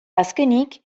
azkenik